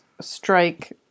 strike